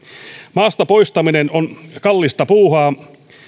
maasta poistaminen on kallista puuhaa